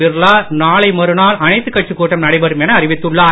பிர்லா நாளை மறுநாள் அனைத்து கட்சி கூட்டம் நடைபெறும் என அறிவித்துள்ளார்